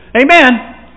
amen